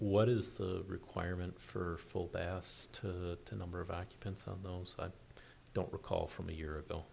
what is the requirement for full bass to the number of occupants on those i don't recall from a year ago